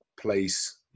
place